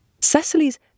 Cecily's